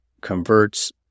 converts